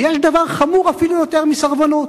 ויש דבר חמור אפילו יותר מסרבנות,